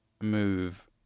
move